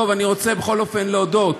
טוב, אני רוצה בכל אופן להודות: